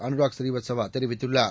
Anurag ஸ்ரீவத்சவாதெரிவித்துள்ளார்